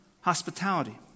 hospitality